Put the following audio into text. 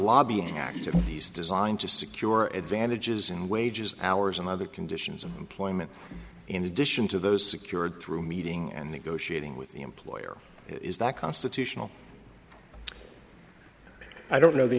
lobbying activities designed to secure advantages in wages hours and other conditions of employment in addition to those secured through meeting and negotiating with the employer is that constitutional i don't know the